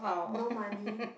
no money